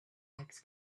legs